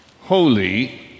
holy